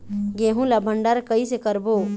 गेहूं ला भंडार कई से करबो?